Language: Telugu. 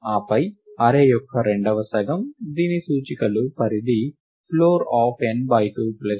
ఆపై అర్రే యొక్క రెండవ సగం దీని సూచికలు పరిధి floor of n by 2 plus 1 నుండి n వరకు ఉంటుంది